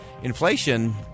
Inflation